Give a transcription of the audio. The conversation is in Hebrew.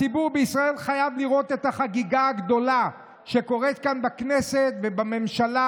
הציבור בישראל חייב לראות את החגיגה הגדולה שקורית כאן בכנסת ובממשלה: